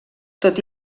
tot